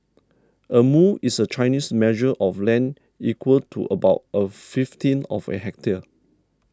a mu is a Chinese measure of land equal to about a fifteenth of a hectare